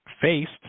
faced